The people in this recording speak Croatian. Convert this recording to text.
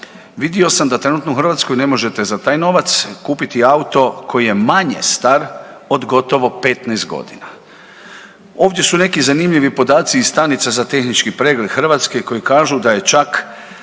vidio sam da trenutno u Hrvatskoj ne možete za taj novac kupiti auto koji je manje star od gotovo 15 godina. Ovdje su neki zanimljivi podaci iz stanica za tehnički pregled Hrvatske koji kažu da je čak